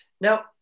Now